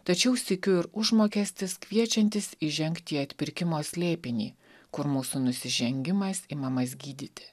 tačiau sykiu ir užmokestis kviečiantis įžengti į atpirkimo slėpinį kur mūsų nusižengimais imamas gydyti